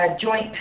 joint